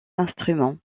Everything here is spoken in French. instrument